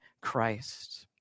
Christ